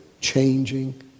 changing